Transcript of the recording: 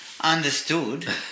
Understood